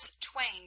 twain